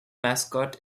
mascot